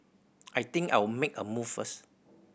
I think I'll make a move first